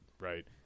right